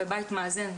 בבית מאזן,